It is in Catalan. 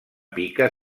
pica